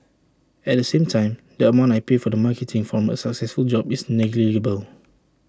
at the same time the amount I pay for the marketing from A successful job is negligible